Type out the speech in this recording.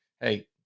Hey